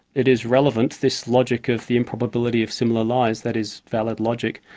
it is relevant this logic of the improbability of similar lies, that is valid logic,